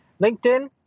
linkedin